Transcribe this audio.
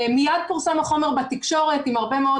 מיד פורסם החומר בתקשורת עם הרבה מאוד